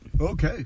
Okay